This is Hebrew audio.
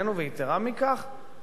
ויתירה מכך,